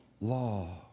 law